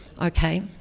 Okay